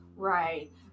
right